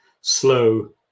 slow